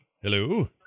Hello